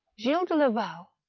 gilles de laval,